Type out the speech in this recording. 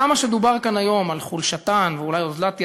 כמה שדובר כאן היום על חולשתן ואולי אוזלת ידן,